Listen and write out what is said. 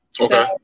Okay